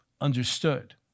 understood